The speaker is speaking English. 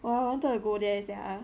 !wah! I wanted to go there sia